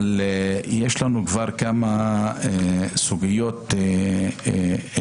אבל יש לנו כבר כמה סוגיות עקרוניות,